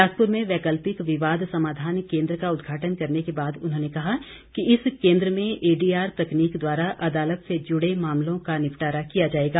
बिलासपुर में वैकल्पिक विवाद समाधान केंद्र का उदघाटन करने के बाद उन्होंने कहा कि इस केंद्र में एडीआर तकनीक द्वारा अदालत से जुड़े मामलों का निपटारा किया जा सकेगा